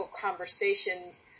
conversations